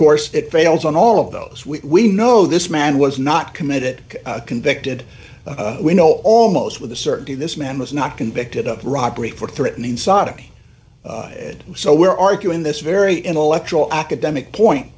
course it fails on all of those we know this man was not committed convicted we know almost with a certainty this man was not convicted of robbery for threatening sodomy so we're arguing this very intellectual academic point